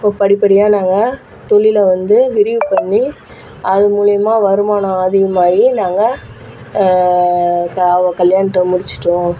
இப்போ படிப்படியாக நாங்கள் தொழிலை வந்து விரிவு பண்ணி அது மூலயமா வருமானம் அதிகமாகி நாங்கள் க அவள் கல்யாணத்தை முடிச்சுட்டோம்